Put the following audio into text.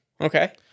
Okay